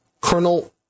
Colonel